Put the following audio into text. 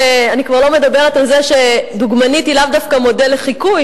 אני כבר לא מדברת על זה שדוגמנית היא לאו דווקא מודל לחיקוי,